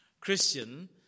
Christian